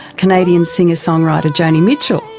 canadian singer-songwriter joni mitchell,